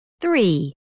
Three